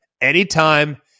Anytime